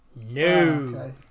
No